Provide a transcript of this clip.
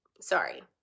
sorry